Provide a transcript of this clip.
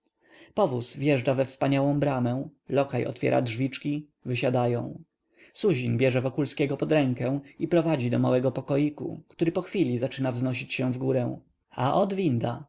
powóz wjeżdża we wspaniałą bramę lokaj otwiera drzwiczki wysiadają suzin bierze wokulskiego pod rękę i prowadzi do małego pokoiku który pochwili zaczyna wznosić się w górę a ot winda